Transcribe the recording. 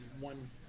one